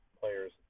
players